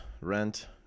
rent